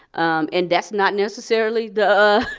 um and that's not necessarily the